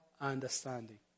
understanding